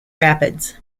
rapids